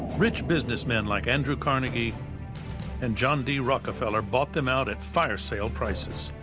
rich businessmen like andrew carnegie and john d. rockefeller bought them out at fire sale prices.